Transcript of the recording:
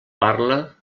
parla